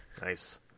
Nice